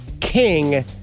King